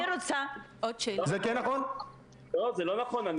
לא, זה לא נכון.